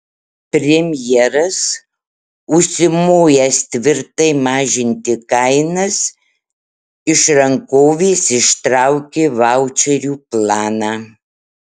premjeras užsimojęs tvirtai mažinti kainas iš rankovės ištraukė vaučerių planą